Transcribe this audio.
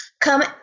come